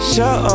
Show